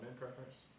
preference